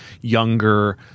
younger